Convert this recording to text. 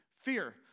Fear